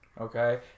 okay